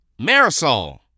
Marisol